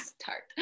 tart